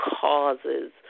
causes